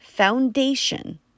foundation